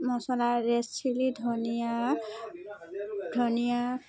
মচলা red chilli ধনিয়া ধনিয়া